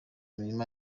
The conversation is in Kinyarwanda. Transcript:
imirima